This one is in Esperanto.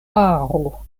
aro